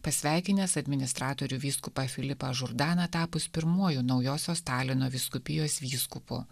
pasveikinęs administratorių vyskupą filipą žurdaną tapus pirmuoju naujosios talino vyskupijos vyskupu